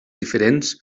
diferents